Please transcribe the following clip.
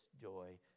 joy